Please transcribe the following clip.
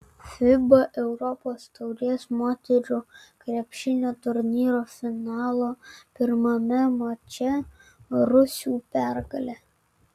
fiba europos taurės moterų krepšinio turnyro finalo pirmame mače rusių pergalė